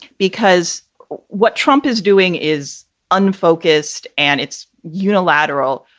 because what trump is doing is unfocused and it's unilateral,